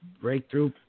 breakthrough